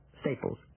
Staples